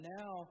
now